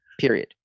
Period